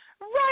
right